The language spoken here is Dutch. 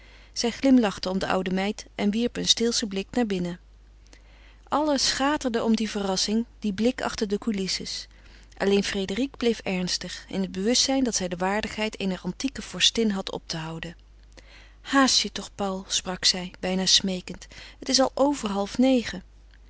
zij glimlachten om de oude meid en wierpen een steelschen blik naar binnen allen schaterden om die verrassing dien blik achter de coulisses alleen frédérique bleef ernstig in het bewustzijn dat zij de waardigheid eener antieke vorstin had op te houden haast je toch paul sprak zij bijna smeekend het is al over half negen